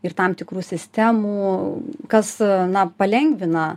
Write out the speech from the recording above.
ir tam tikrų sistemų kas na palengvina